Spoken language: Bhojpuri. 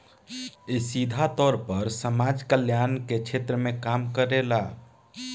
इ सीधा तौर पर समाज कल्याण के क्षेत्र में काम करेला